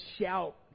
shout